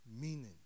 meaning